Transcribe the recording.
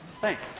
Thanks